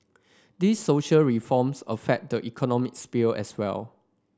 these social reforms affect the economic sphere as well